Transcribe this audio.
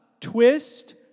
twist